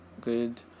good